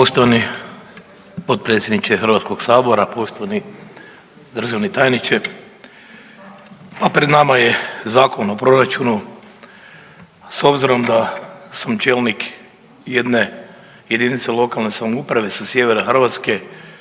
Poštovani potpredsjedniče HS-a, poštovani državni tajniče. Pa pred nama je Zakon o proračunu, a s obzirom da sam čelnik jedne jedinice lokalne samouprave sa sjevera Hrvatske